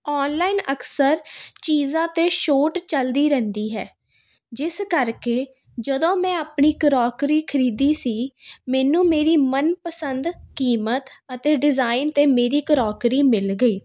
online ਅਕਸਰ ਚੀਜ਼ਾਂ 'ਤੇ ਸ਼ੋਟ ਚਲਦੀ ਰਹਿੰਦੀ ਹੈ ਜਿਸ ਕਰਕੇ ਜਦੋਂ ਮੈਂ ਆਪਣੀ ਕਰੋਕਰੀ ਖਰੀਦੀ ਸੀ ਮੈਨੂੰ ਮੇਰੀ ਮਨ ਪਸੰਦ ਕੀਮਤ ਅਤੇ ਡਿਜ਼ਾਇਨ 'ਤੇ ਮੇਰੀ ਕਰੋਕਰੀ ਮਿਲ ਗਈ